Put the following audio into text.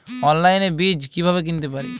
অনলাইনে বীজ কীভাবে কিনতে পারি?